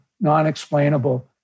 non-explainable